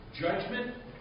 Judgment